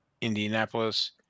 Indianapolis